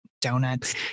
donuts